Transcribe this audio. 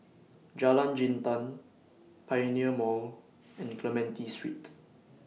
Jalan Jintan Pioneer Mall and Clementi Street